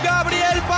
Gabriel